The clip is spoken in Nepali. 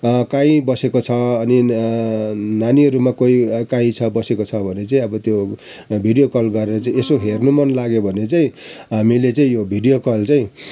कहीँ बसेको छ अनि नानीहरूमा कोही कहीँ छ बसेको छ भने चाहिँ अब त्यो भिडियो कल गरेर चाहिँ यसो हेर्नु मन लाग्यो भने चाहिँ हामीले चाहिँ यो भिडियो कल चाहिँ